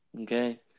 okay